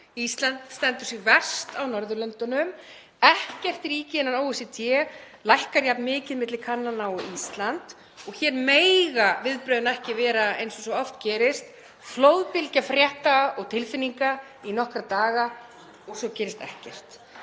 Ísland stendur sig verst á Norðurlöndunum. Ekkert ríki innan OECD lækkar jafn mikið milli kannana og Ísland. Hér mega viðbrögðin ekki vera eins og svo oft gerist; flóðbylgja frétta og tilfinninga í nokkra daga og svo gerist ekkert.